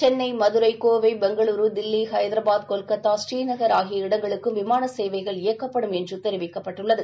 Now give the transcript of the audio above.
சென்னை மதுரை கோவை பெங்களூரு தில்லி ஹைதரபாத் கொல்கத்தா ஸ்ரீநகர் ஆகிய இடங்களுக்கும் விமான சேவைகள் இயக்கப்படும் என்று தெரிவிக்கப்பட்டுள்ளது